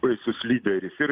baisus lyderis ir